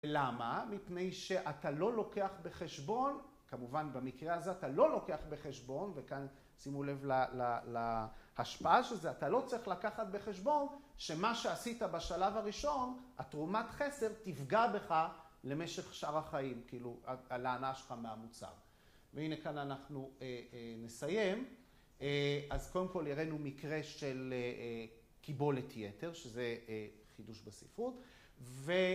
למה? מפני שאתה לא לוקח בחשבון, כמובן, במקרה הזה אתה לא לוקח בחשבון, וכאן שימו לב להשפעה של זה, אתה לא צריך לקחת בחשבון שמה שעשית בשלב הראשון, התרומת חסר, תפגע בך למשך שאר החיים, כאילו, להנאה שלך מהמוצר. והנה כאן אנחנו נסיים, אז קודם כל הראינו מקרה של קיבולת יתר, שזה חידוש בספרות, ו...